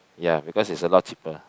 ya because is a lot cheaper